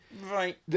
Right